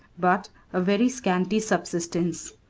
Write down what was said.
but a very scanty subsistence.